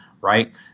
right